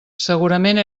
segurament